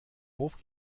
hof